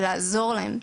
ולעזור להם.